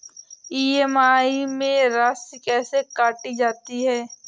EMI में राशि कैसे काटी जाती है?